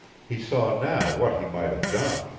he saw now what he might have done.